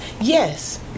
Yes